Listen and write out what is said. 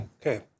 Okay